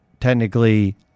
technically